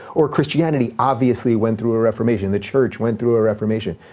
or christianity, obviously, went through a reformation. the church went through a reformation.